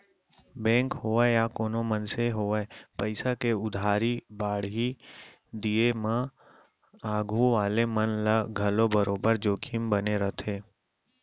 bank होवय या कोनों मनसे होवय पइसा के उधारी बाड़ही दिये म आघू वाले मन ल घलौ बरोबर जोखिम बने रइथे